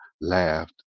laughed